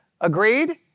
Agreed